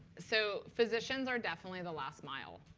so physicians are definitely the last mile.